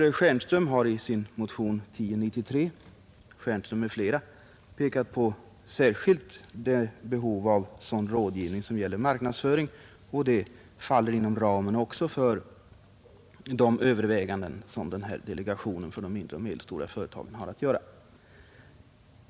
I motionen 1093 av herr Stjernström m.fl. har yrkats på en ökning av företagareföreningarnas rådgivningsverksamhet i fråga om marknadsföring, och även den faller inom ramen för de uppgifter som delegationen för de mindre och medelstora företagen ägnar sig åt.